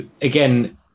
again